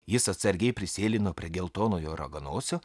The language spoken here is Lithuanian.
jis atsargiai prisėlino prie geltonojo raganosio